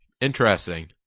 Interesting